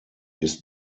ist